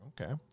okay